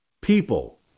people